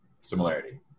similarity